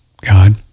God